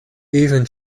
even